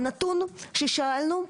הנתון ששאלנו,